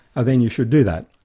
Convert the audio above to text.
then you should do that.